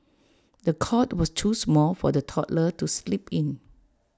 the cot was too small for the toddler to sleep in